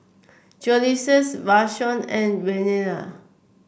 Joseluis Vashon and Renea